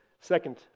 Second